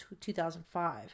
2005